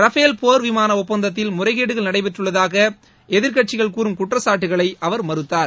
Rafale போர் விமான ஒப்பந்தத்தில் முறைகேடுகள் நடைபெற்றுள்ளதாக எதிர்க்கட்சிகள் கூறும் குற்றச்சாட்டுக்களை அவர் மறுத்தார்